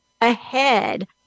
ahead